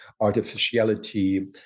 artificiality